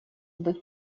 быть